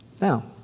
Now